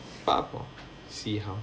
பாபோ:paapo see how